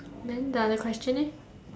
then the other question eh